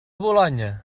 bolonya